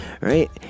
right